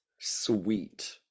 sweet